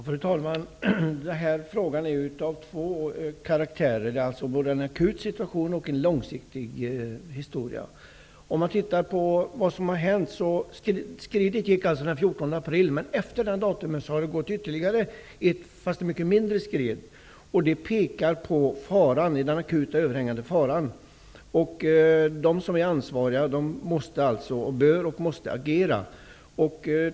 Fru talman! Den här frågan har två karaktärer, nämligen en akut situation och en långsiktig historia. Skredet gick alltså den 14 april, men efter det datumet har det gått ytterligare ett skred som dock var mycket mindre. Det visar på den akut överhängande faran. De som är ansvariga bör och måste agera.